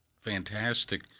fantastic